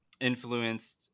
influenced